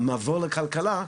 המבוא לכלכלה,